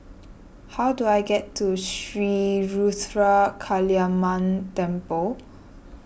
how do I get to Sri Ruthra Kaliamman Temple